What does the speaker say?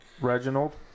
reginald